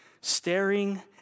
Staring